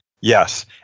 Yes